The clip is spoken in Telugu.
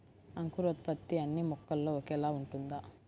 అంకురోత్పత్తి అన్నీ మొక్కలో ఒకేలా ఉంటుందా?